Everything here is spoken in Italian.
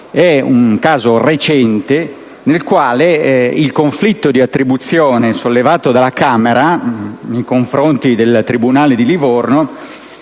è un caso recente nel quale il conflitto di attribuzione sollevato dalla Camera nei confronti del tribunale di Livorno